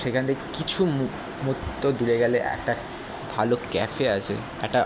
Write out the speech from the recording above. সেখান দিয়ে কিছু মু মুহুর্ত দূরে গেলে একটা ভালো ক্যাফে আছে একটা